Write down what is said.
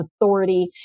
authority